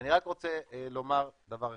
אני רק רוצה לומר דבר אחד,